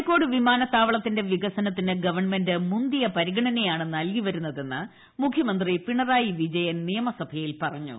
കോഴിക്കോട് വിമാനത്താവളത്തിന്റെ വികസനത്തിന് ഗവൺമെന്റ് മുന്തിയ പരിഗണനയാണ് നൽകിവരുന്നതെന്ന് മുഖ്യമന്ത്രി പിണറായി വിജയൻ നിയമസഭയിൽ പറഞ്ഞു